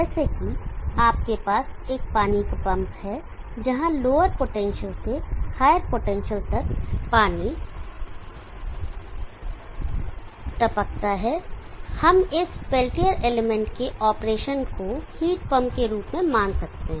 जैसे आपके पास एक पानी का पंप है जहां लोअर पोटेंशियल से हायर पोटेंशियल तक पानी टपकता है हम इस पेल्टियर एलिमेंट के ऑपरेशन को हीट पंप के रूप में मान सकते हैं